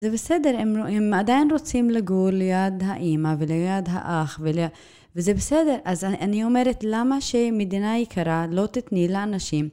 זה בסדר, הם עדיין רוצים לגור ליד האימא וליד האח וזה בסדר. אז אני אומרת למה שמדינה יקרה לא תתני לאנשים?